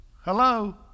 Hello